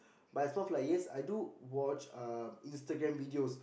but it's more of like yes I do watch um Instagram videos